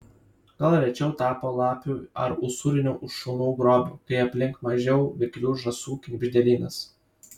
gal rečiau tapo lapių ar usūrinių šunų grobiu kai aplink mažiau vikrių žąsų knibždėlynas